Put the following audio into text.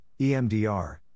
EMDR